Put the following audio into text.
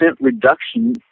reduction